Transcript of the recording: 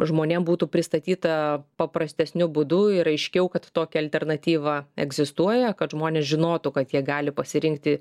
žmonėm būtų pristatyta paprastesniu būdu ir aiškiau kad tokia alternatyva egzistuoja kad žmonės žinotų kad jie gali pasirinkti